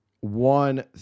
one